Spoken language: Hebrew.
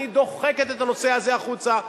אני דוחקת את הנושא הזה החוצה,